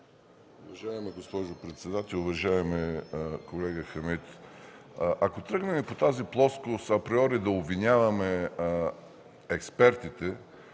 Уважаема госпожо председател! Уважаеми колега Хамид, ако тръгнем по тази плоскост, априори да обвиняваме експертите,